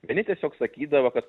vieni tiesiog sakydavo kad